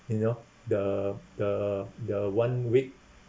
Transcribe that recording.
you know the the the one week